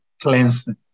cleansing